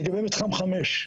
לגבי מתחם 5,